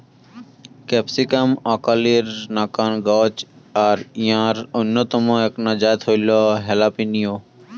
capsicum আকালির নাকান গছ আর ইঞার অইন্যতম এ্যাকনা জাত হইল হালাপিনিও